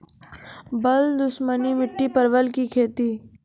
बल दुश्मनी मिट्टी परवल की खेती?